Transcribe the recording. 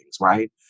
right